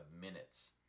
minutes